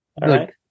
Good